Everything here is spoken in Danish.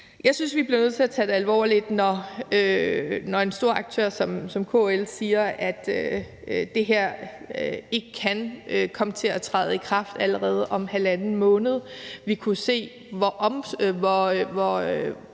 Jeg synes, at vi bliver nødt til at tage det alvorligt, når en stor aktør som KL siger, at det her ikke kan komme til at træde i kraft allerede om halvanden måned. Vi kunne se, hvor